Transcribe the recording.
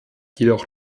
jedoch